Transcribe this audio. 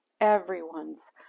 everyone's